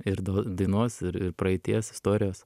ir dainos ir ir praeities istorijos